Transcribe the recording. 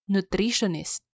Nutritionist